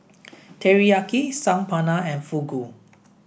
Teriyaki Saag Paneer and Fugu